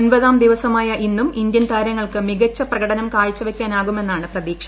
ഒമ്പതാം ദിവസമായ ഇന്നും ഇന്ത്യൻ താരങ്ങൾക്ക് മികച്ച പ്രകടനം കാഴ്ചവയ്ക്കാനാകുമെന്നാണ് പ്രതീക്ഷ